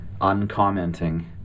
uncommenting